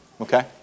okay